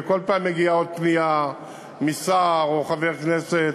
וכל פעם מגיעה עוד פנייה משר או חבר כנסת